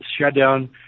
shutdown